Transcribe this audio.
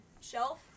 shelf